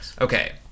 okay